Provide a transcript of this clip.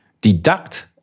deduct